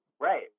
Right